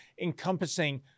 encompassing